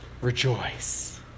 Rejoice